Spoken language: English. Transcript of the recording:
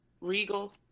regal